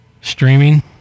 streaming